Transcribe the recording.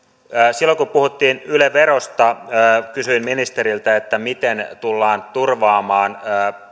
silloin kun puhuttiin yle verosta kysyin ministeriltä miten tullaan turvaamaan